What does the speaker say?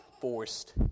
forced